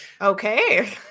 Okay